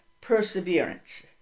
perseverance